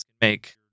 make